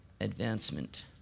advancement